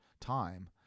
time